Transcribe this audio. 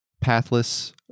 pathless